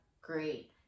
great